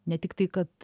ne tiktai kad